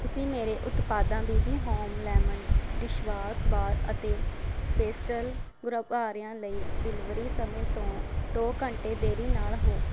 ਤੁਸੀਂ ਮੇਰੇ ਉਤਪਾਦਾਂ ਵੀ ਵੀ ਹੋਮ ਲੈਮਨ ਡਿਸ਼ਵਾਸ਼ ਬਾਰ ਅਤੇ ਪੇਸਟਲ ਗੁਬਾਰਿਆਂ ਲਈ ਡਿਲੀਵਰੀ ਸਮੇਂ ਤੋਂ ਦੋ ਘੰਟੇ ਦੇਰੀ ਨਾਲ ਹੋ